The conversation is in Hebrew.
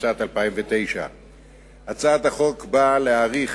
התש"ע 2009. הצעת החוק נועדה